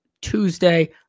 Tuesday